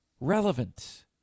relevant